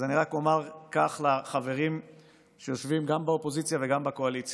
אז אני רק אומר לחברים שיושבים גם באופוזיציה וגם בקואליציה: